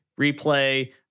Replay